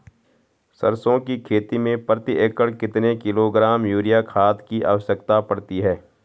सरसों की खेती में प्रति एकड़ कितने किलोग्राम यूरिया खाद की आवश्यकता पड़ती है?